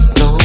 no